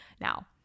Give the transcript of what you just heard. Now